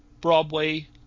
Broadway